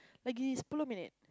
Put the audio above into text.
minute